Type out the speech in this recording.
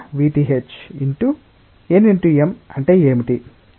n×m అంటే ఏమిటి